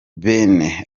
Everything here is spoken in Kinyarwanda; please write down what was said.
bene